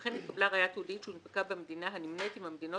וכן נתקבלה ראיה תיעודית שהונפקה במדינה הנמנית עם המדינות